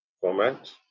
format